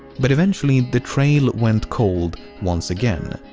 but eventually the trail went cold once again.